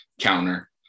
counter